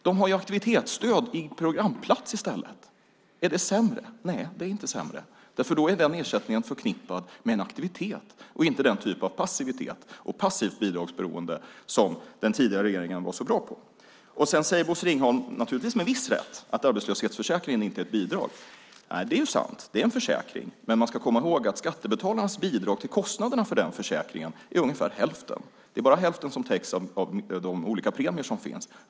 De har aktivitetsstöd i programplats i stället. Är det sämre? Nej, det är inte sämre, därför att den ersättningen är förknippad med en aktivitet och inte den typ av passivitet och passivt bidragsberoende som den tidigare regeringen var så bra på. Sedan säger Bosse Ringholm, naturligtvis med viss rätt, att arbetslöshetsförsäkringen inte är ett bidrag. Nej, det är sant. Det är en försäkring. Men man ska komma ihåg att skattebetalarnas bidrag till kostnaderna för den försäkringen är ungefär hälften. Det är bara hälften som täcks av de olika premier som finns.